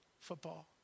football